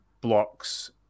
blocks